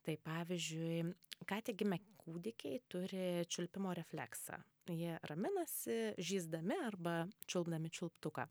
tai pavyzdžiui ką tik gimę kūdikiai turi čiulpimo refleksą jie raminasi žįsdami arba čiulpdami čiulptuką